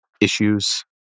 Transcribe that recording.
issues